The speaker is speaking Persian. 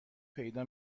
پیدا